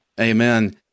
Amen